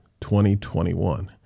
2021